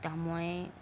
त्यामुळे